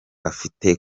afite